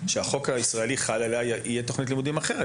שהחוק הישראלי חל עליהם תהיה תוכנית לימודים אחרת.